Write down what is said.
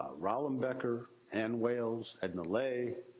rollin becker, ann wales, edna lay,